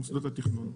מוסדות התכנון.